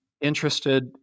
interested